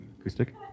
acoustic